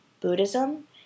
Buddhism